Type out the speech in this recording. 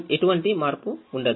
ఎటువంటి మార్పు ఉండదు